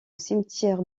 cimetière